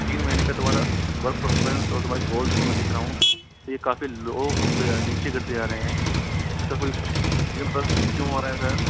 तीन महीने का तुम्हारा वर्क पर्फामेंस और तुम्हारी गोल्स को मैं देख रहा हूँ ये काफ़ी लो होते जा रहे नीचे गिरते जा रहे है इसका कोई रीज़न बता सकते है क्यों हो रहा है ऐसा